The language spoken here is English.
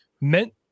Meant